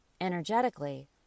Energetically